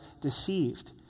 deceived